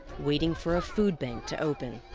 waiting for a food bank to open.